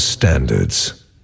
Standards